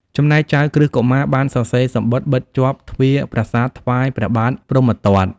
ចំណែកចៅក្រឹស្នកុមារបានសរសេរសំបុត្របិទជាប់ទ្វារប្រាសាទថ្វាយព្រះបាទព្រហ្មទត្ត។